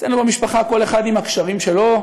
אצלנו במשפחה כל אחד עם הקשרים שלו: